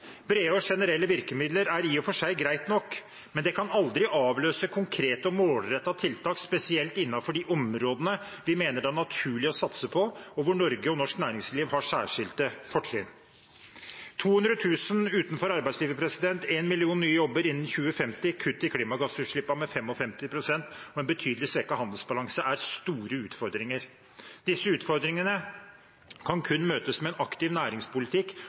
Brede og generelle virkemidler er i og for seg greit nok, men det kan aldri avløse konkrete og målrettede tiltak, spesielt innenfor de områdene vi mener det er naturlig å satse på, og hvor Norge og norsk næringsliv har særskilte fortrinn. 200 000 utenfor arbeidslivet, én million nye jobber innen 2050, kutt i klimagassutslippene med 55 pst. og en betydelig svekket handelsbalanse er store utfordringer. Disse utfordringene kan kun møtes med en aktiv næringspolitikk